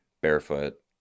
barefoot